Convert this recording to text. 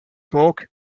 smoke